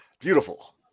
Beautiful